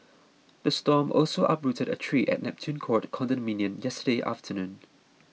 the storm also uprooted a tree at Neptune Court condominium yesterday afternoon